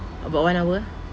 about one hour